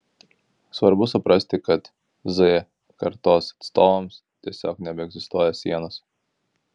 svarbu suprasti kad z kartos atstovams tiesiog nebeegzistuoja sienos